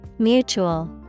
Mutual